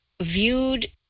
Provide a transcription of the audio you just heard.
viewed